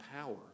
power